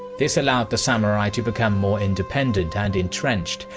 this allowed the samurai to become more independent and entrenched,